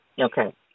Okay